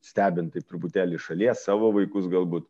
stebint taip truputėlį iš šalies savo vaikus galbūt